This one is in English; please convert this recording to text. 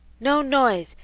no noise!